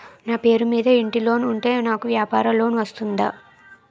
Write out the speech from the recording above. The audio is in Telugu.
నా పేరు మీద ఇంటి లోన్ ఉంటే నాకు వ్యాపార లోన్ వస్తుందా?